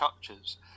churches